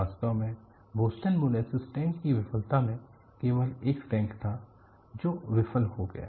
वास्तव में Boston molasses tank की विफलता में केवल एक टैंक था जो विफल हो गया